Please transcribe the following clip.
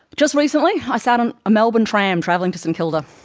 just recently, i sat on a melbourne tram travelling to st kilda,